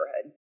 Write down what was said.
neighborhood